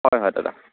হয় হয় দাদা